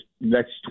next